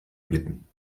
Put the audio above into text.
blicken